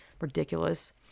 ridiculous